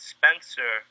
Spencer